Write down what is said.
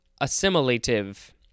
assimilative